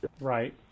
Right